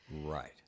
Right